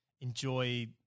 enjoy